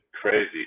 crazy